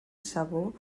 sabor